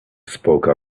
spoke